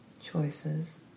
choices